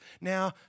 now